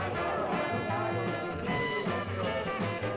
i know what